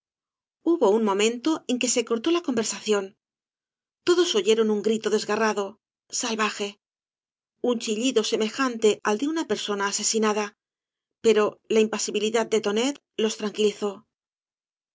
hubo un momento en que se cortó la conversación todos oyeron un grito desgarrado salvaje uo chiliido semejante al de una persona asesinada pero la impasibilidad de tonet los tranquilizó